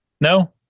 No